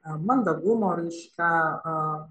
mandagumo raiška